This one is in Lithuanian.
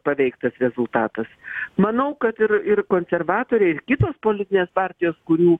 paveiktas rezultatas manau kad ir ir konservatoriai ir kitos politinės partijos kurių